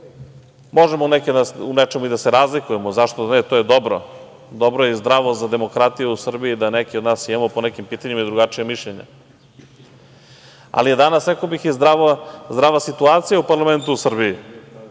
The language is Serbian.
Možemo u nečemu i da se razlikujemo, zašto da ne, to je dobro i zdravo za demokratiju u Srbiji da neki od nas imaju po nekim pitanjima i drugačije mišljenje, ali je danas, rekao bih, i zdrava situacija u parlamentu u Srbiji,